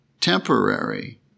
temporary